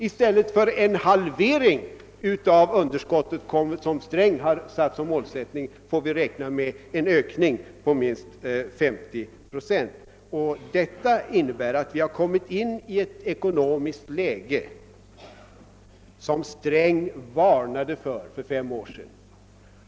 I stället för en halvering av underskottet, som herr Sträng har ställt upp som målsättning, får vi räkna med en ökning på minst 50 procent! Detta innebär att vi har kommit in i ett ekonomiskt läge som herr Sträng varnade för redan för fem år sedan.